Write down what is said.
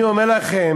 אני אומר לכם,